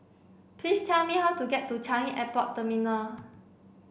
please tell me how to get to Changi Airport Terminal